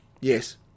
Yes